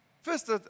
First